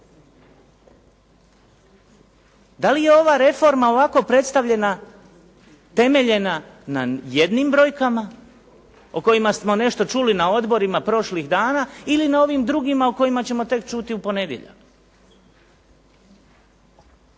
Da li je ova reforma ovako predstavljena, temeljena na jednim brojkama o kojima smo nešto čuli na odborima prošlih dana ili na ovim drugima o kojima ćemo tek čuti u ponedjeljak?